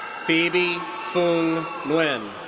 phoebe foong nguyen.